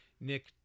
nick